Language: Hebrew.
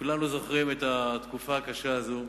כולנו זוכרים את התקופה הקשה הזאת,